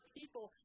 people